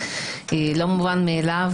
לא מובן מאליו,